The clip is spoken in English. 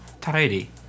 tidy